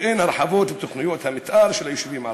ואין הרחבות ותוכניות מתאר ליישובים הערביים.